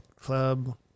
club